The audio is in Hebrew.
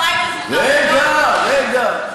אז בשם הפריימריז, רגע, רגע.